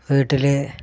വീട്ടില്